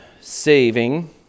saving